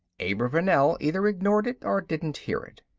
abravanel either ignored it or didn't hear it.